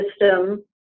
system